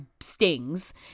stings